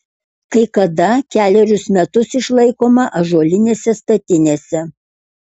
kai kada kelerius metus išlaikoma ąžuolinėse statinėse